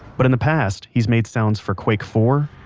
but in the past he's made sounds for quake four.